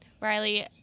Riley